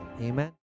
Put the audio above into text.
Amen